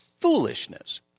Foolishness